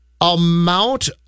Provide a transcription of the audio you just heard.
amount